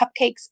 cupcakes